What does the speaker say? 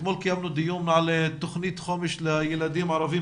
אתמול קיימנו דיון על תוכנית חומש לילדים ערבים